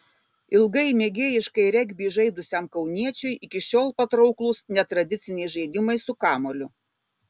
ilgai mėgėjiškai regbį žaidusiam kauniečiui iki šiol patrauklūs netradiciniai žaidimai su kamuoliu